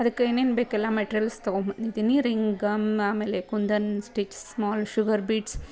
ಅದಕ್ಕೆ ಏನೇನು ಬೇಕು ಎಲ್ಲ ಮೆಟ್ರೆಯಲ್ಸ್ ತೊಗೊಂಡ್ಬಂದಿದೀನಿ ರಿಂಗ ಆಮೇಲೆ ಕುಂದನ್ ಸ್ಟಿಟ್ಸ್ ಸ್ಮಾಲ್ ಶುಗರ್ ಬೀಡ್ಸ್